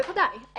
בוודאי.